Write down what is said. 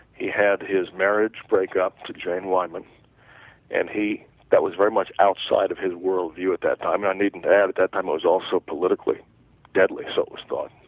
he had his marriage breakup to jane wyman and he that was very much outside of his world view at that time and i needn't add that time was also politically deadly so was thought,